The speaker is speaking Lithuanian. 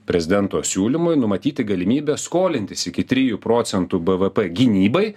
prezidento siūlymui numatyti galimybę skolintis iki trijų procentų bvp gynybai